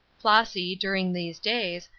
flossy, during these days,